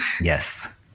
Yes